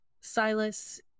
Silas